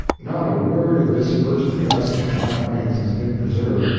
not a word of this first address of mark twain's has been preserved,